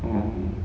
oh